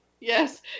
Yes